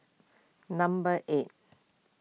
number eight